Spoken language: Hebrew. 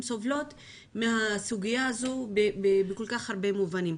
סובלות מהסוגיה הזו בכל כך הרבה מובנים.